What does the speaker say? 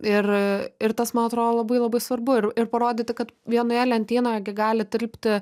ir ir tas man atrodo labai labai svarbu ir ir parodyti kad vienoje lentynoje gi gali tilpti